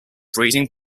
breeding